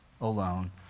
alone